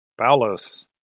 Balos